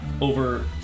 Over